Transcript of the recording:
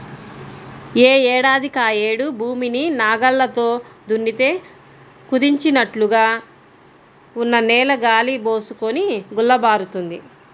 యే ఏడాదికాయేడు భూమిని నాగల్లతో దున్నితే కుదించినట్లుగా ఉన్న నేల గాలి బోసుకొని గుల్లబారుతుంది